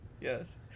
Yes